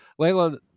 Layla